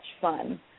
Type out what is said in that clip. fun